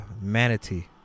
Manatee